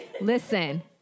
Listen